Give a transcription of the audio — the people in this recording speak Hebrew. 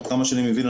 עד כמה שאני מבין,